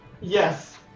Yes